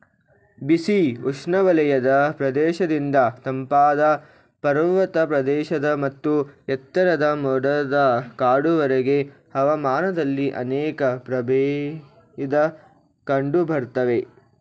ಬಿಸಿ ಉಷ್ಣವಲಯದ ಪ್ರದೇಶದಿಂದ ತಂಪಾದ ಪರ್ವತ ಪ್ರದೇಶ ಮತ್ತು ಎತ್ತರದ ಮೋಡದ ಕಾಡುವರೆಗೆ ಹವಾಮಾನದಲ್ಲಿ ಅನೇಕ ಪ್ರಭೇದ ಕಂಡುಬರ್ತವೆ